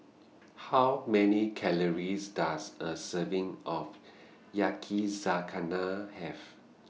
How Many Calories Does A Serving of Yakizakana Have